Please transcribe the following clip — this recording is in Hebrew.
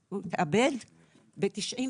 והוא התאבד ב-95'.